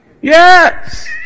Yes